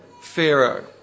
Pharaoh